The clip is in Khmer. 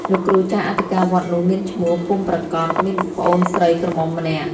លោកគ្រូចៅអធិការវត្តនោះមានឈ្មោះពុំប្រាកដ មានប្អូនស្រីក្រមុំម្នាក់ ។